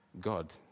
God